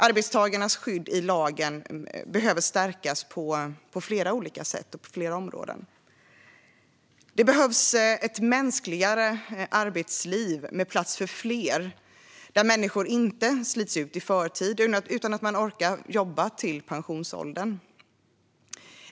Arbetstagarnas skydd i lagen behöver stärkas på flera olika sätt och på flera områden. Det behövs ett mänskligare arbetsliv med plats för fler, där människor inte slits ut i förtid utan orkar jobba till pensionsåldern.